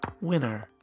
WINNER